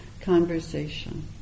conversation